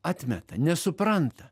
atmeta nesupranta